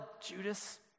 Judas